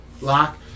lock